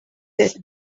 that